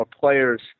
players